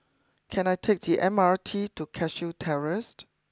can I take T M R T to Cashew Terraced